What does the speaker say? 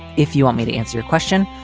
if you want me to answer your question,